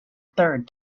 third